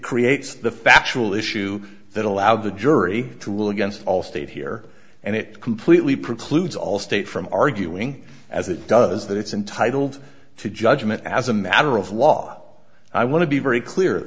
creates the factual issue that allowed the jury to rule against all state here and it completely precludes all state from arguing as it does that it's intitled to judgment as a matter of law i want to be very clear